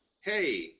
Hey